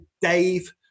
Dave